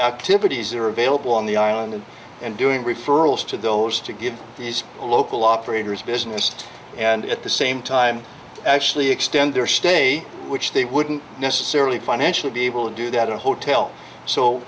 activities that are available on the island and doing referrals to those to give these local operators business and at the same time actually extend their stay which they wouldn't necessarily financially be able to do that in a hotel so